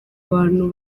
bantu